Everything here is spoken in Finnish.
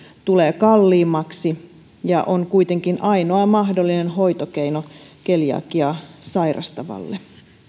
tulee kalliimmaksi ja on kuitenkin ainoa mahdollinen hoitokeino keliakiaa sairastavalle